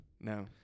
No